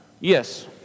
Yes